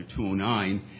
209